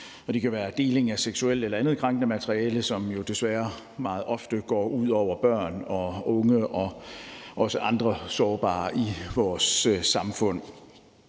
det kan være deling af seksuelt eller andet krænkende materiale, som jo desværre meget ofte går ud over børn og unge og også andre sårbare i vores samfund.